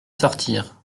sortir